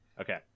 Okay